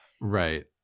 right